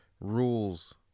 rules